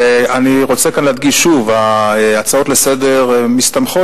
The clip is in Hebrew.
ואני רוצה כאן להדגיש שוב: ההצעות לסדר-היום מסתמכות,